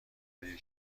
دیر